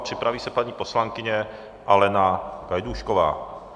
A připraví se paní poslankyně Alena Gajdůšková.